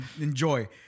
enjoy